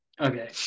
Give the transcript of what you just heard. Okay